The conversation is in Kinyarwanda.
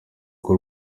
rugo